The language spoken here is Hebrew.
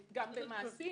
גם במעשים.